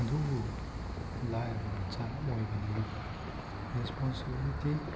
ꯑꯗꯨꯕꯨ ꯂꯥꯏꯔꯕ ꯃꯆꯥ ꯑꯣꯏꯕꯅꯤꯅ ꯔꯦꯁꯄꯣꯟꯁꯤꯕꯤꯂꯤꯇꯤ